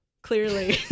Clearly